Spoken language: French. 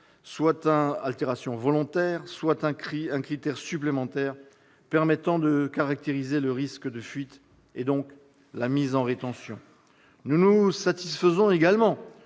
ou leur altération volontaire soient un critère supplémentaire permettant de caractériser le risque de fuite et donc la mise en rétention. Nous nous satisfaisons également